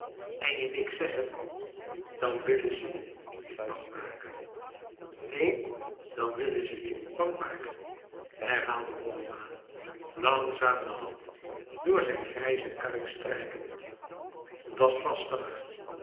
en je niks zeggen dan willen ze je niet bang maken nee dan willen ze je niet bang maken herhaalde hobbema langzaam de hand door zijn grijze kuif strijkend da's vastig